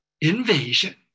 Invasion